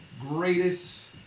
greatest